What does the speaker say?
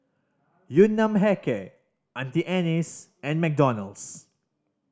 Yun Nam Hair Care Auntie Anne's and McDonald's